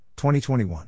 2021